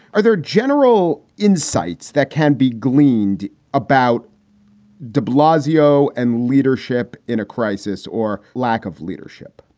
are there general insights that can be gleaned about de blasio and leadership in a crisis or lack of leadership?